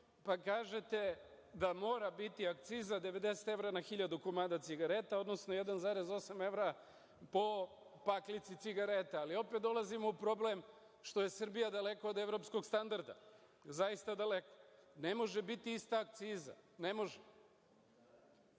pa kažete da mora biti akciza 90 evra na 1.000 komada cigareta, odnosno 1,8 evra po paklici cigareta. Ali, opet dolazimo u problem što je Srbija daleko od evropskog standarda, zaista daleko. Ne može biti ista akciza. Ne može,